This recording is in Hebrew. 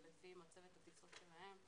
זה לפי מצבת הטיסות שלהם.